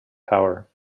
power